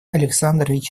александрович